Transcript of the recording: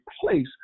place